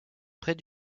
près